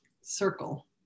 circle